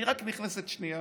אני רק נכנסת לשנייה